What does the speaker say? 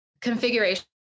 configuration